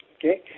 okay